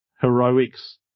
heroics